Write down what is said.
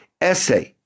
essay